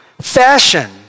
fashion